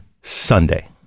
Sunday